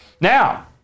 Now